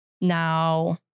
Now